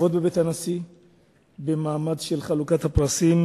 וכבוד בבית הנשיא במעמד של חלוקת הפרסים,